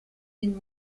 den